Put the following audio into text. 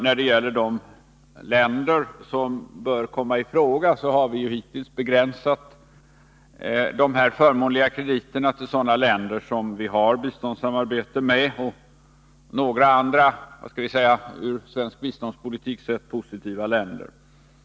När det gäller de länder som bör komma i fråga har vi hittills begränsat de förmånliga krediterna till sådana länder som vi har biståndssamarbete med och några andra, skall vi säga ur svensk biståndspolitisk synpunkt positiva länder.